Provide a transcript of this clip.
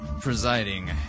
presiding